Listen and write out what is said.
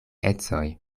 ecoj